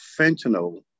fentanyl